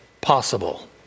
possible